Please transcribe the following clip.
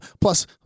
Plus